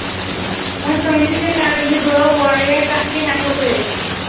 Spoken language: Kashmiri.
وۄنۍ تۄہہِ نِش کیٛاہ کَرو یہِ گٲو اورَے آسہِ تَتھ کیٛاہ ہٮ۪کَو کٔرِتھ